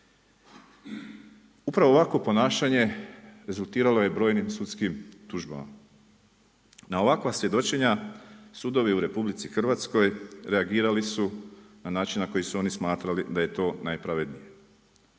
Upravo ovakvo ponašanje rezultiralo je brojnim sudskim tužbama. Na ovakva svjedočenja sudovi u RH reagirali su na način na koji su oni smatrali da je to najpravednije.